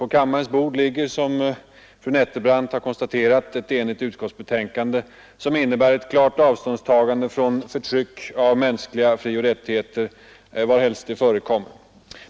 På kammarens bord ligger, som fru andre vice talmannen Nettelbrandt har konstaterat, ett enigt utskottsbetänkande som innebär ett klart avståndstagande från förtryck av mänskliga frioch rättigheter, varhelst det förekommer.